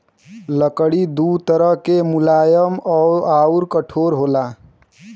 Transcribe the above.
लकड़ी दू तरह के मुलायम आउर कठोर होला